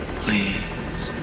please